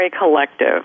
Collective